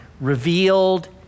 revealed